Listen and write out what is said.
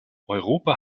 europa